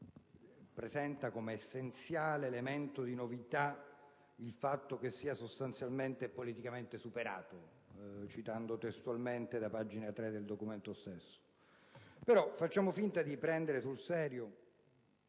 presenta come essenziale elemento di novità il fatto che sia «sostanzialmente e politicamente superato» (citando testualmente da pagina 3 del documento stesso), però facciamo finta di prendere sul serio